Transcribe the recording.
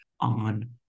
on